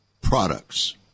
products